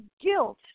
guilt